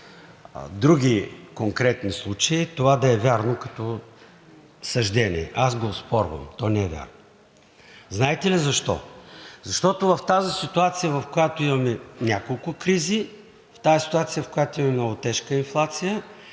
други конкретни случаи това да е вярно като съждение. Аз го оспорвам – то не е вярно! Знаете ли защо? Защото в тази ситуация, в която имаме няколко кризи, в тази ситуация, в която имаме много тежка инфлация,